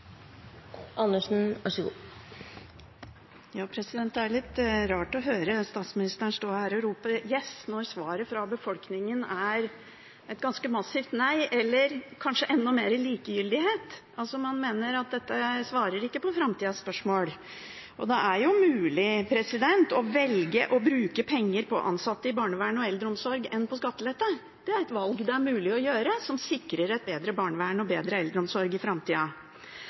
Det er litt rart å høre statsministeren stå her og rope «yess», når svaret fra befolkningen er et ganske massivt nei, eller kanskje enda mer likegyldighet. Man mener altså at dette ikke svarer på framtidas spørsmål. Det er jo mulig å velge å bruke penger på ansatte i barnevern og eldreomsorg istedenfor på skattelette. Det er et valg det er mulig å gjøre, som sikrer et bedre barnevern og bedre eldreomsorg i framtida.